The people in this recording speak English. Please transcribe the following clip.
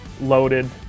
loaded